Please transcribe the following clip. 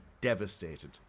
devastated